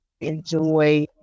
enjoy